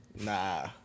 Nah